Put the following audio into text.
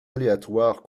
aléatoires